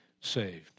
saved